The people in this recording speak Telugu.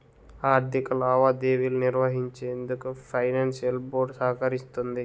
ఆర్థిక లావాదేవీలు నిర్వహించేందుకు ఫైనాన్షియల్ బోర్డ్ సహకరిస్తుంది